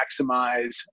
maximize